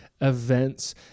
events